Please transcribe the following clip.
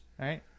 Right